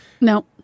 No